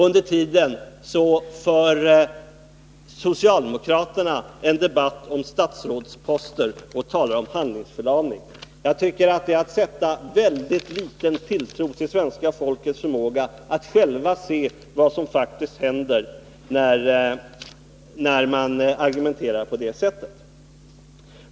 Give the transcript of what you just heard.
Under tiden för socialdemokraterna en debatt om statsrådsposter och talar om handlingsförlamning. Jag tycker att det är att sätta väldigt liten tilltro till svenska folkets förmåga att självt se vad som händer, när man argumenterar på det sättet.